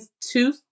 two